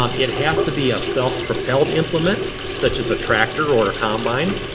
um it has to be a self propelled implement, such as a tractor or a combine.